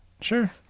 Sure